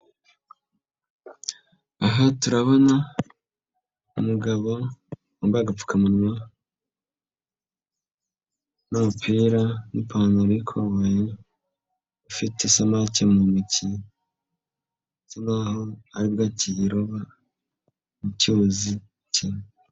Aha turabona umugabo wambaye agapfukamunwa n'umupira n'ipantaro y'ikoboyi, ufite isamake mu ntoki bisa nk'aho ari bwo akiyiroba mu cyuzi kimwe.